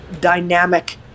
dynamic